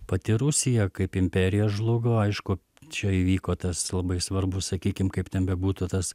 pati rusija kaip imperija žlugo aišku čia įvyko tas labai svarbus sakykim kaip ten bebūtų tas